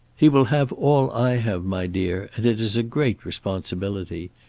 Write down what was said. he will have all i have, my dear, and it is a great responsibility.